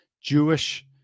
Jewish